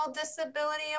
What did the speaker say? Disability